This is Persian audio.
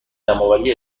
جمعآوری